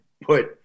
put